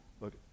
look